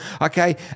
okay